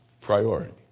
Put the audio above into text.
priority